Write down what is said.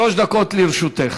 שלוש דקות לרשותך.